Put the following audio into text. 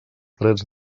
drets